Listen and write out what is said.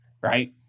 right